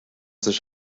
sich